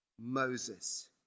Moses